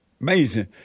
Amazing